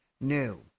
new